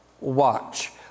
Watch